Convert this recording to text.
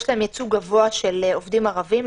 יש להם ייצוג גבוה של עובדים ערבים.